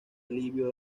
alivio